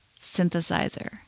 synthesizer